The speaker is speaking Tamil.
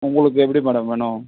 உங்களுக்கு எப்படி மேடம் வேணும்